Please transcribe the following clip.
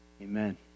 Amen